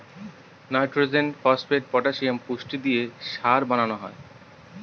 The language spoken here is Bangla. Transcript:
নাইট্রজেন, ফসপেট, পটাসিয়াম পুষ্টি দিয়ে সার বানানো হয়